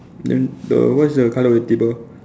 and then the what is the colour of the table